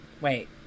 Wait